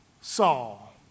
Saul